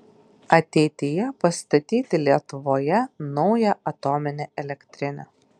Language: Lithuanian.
ateityje pastatyti lietuvoje naują atominę elektrinę